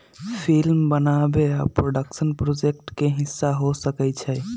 film बनाबे आ production project के हिस्सा हो सकइ छइ